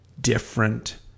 different